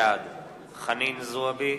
בעד חנין זועבי,